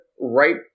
right